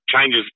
changes